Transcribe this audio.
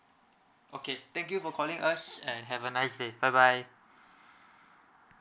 okay thank you for calling us and have a nice day bye bye